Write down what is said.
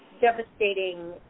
devastating